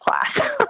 class